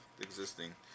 existing